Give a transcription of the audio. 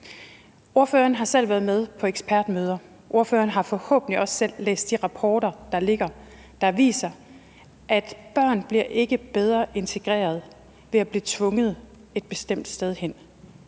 Ordføreren har selv været med til ekspertmøder, og ordføreren har forhåbentlig også læst de rapporter, der ligger, der viser, at børn ikke bliver bedre integreret ved at blive tvunget et bestemt sted hen.